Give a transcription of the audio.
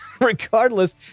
regardless